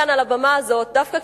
כאן על הבמה הזאת דווקא,